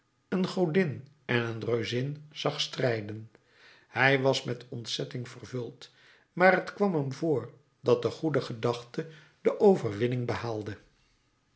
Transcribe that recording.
een godin en een reuzin zag strijden hij was met ontzetting vervuld maar t kwam hem voor dat de goede gedachte de overwinning behaalde